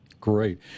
Great